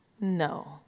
No